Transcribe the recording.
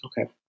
okay